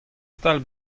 stal